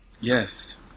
Yes